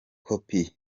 kopi